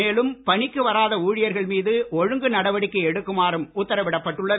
மேலும் பணிக்கு வராத ஊழியர்கள் மீது ஒழுங்கு நடவடிக்கை எடுக்கமாறும் உத்தரவிடப்பட்டுள்ளது